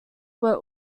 were